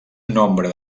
nombre